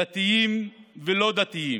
דתיים ולא דתיים,